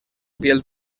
piel